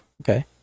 Okay